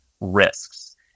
risks